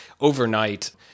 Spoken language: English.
overnight